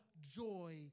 joy